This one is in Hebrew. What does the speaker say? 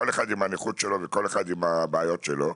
כל אחד עם הנכות שלו וכל אחד עם הבעיות שלו,